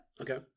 Okay